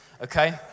okay